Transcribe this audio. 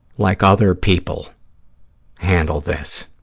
like other people handle this?